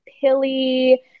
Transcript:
pilly